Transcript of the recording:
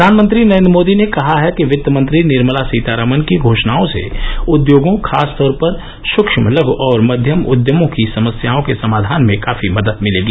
प्रधानमंत्री नरेन्द्र मोदी ने कहा है कि वित्त मंत्री निर्मला सीतारामन की घोषणाओं से उद्योगों खासतौर पर सूक्म लघ् और मध्यम उद्यमों की समस्याओं के समाधान में काफी मदद मिलेगी